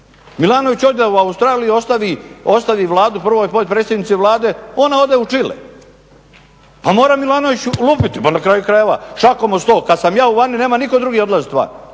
Milanović ode u Australiju i ostavi Vladu prvoj potpredsjednici Vlade, ona ode u Čile. Pa mora Milanović lupiti, pa na kraju krajeva šakom o stol, kad sam ja vani nema nitko drugi odlaziti van.